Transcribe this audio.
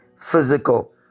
physical